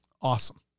awesome